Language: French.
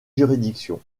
juridictions